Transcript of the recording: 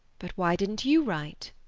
but why didn't you write?